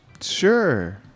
Sure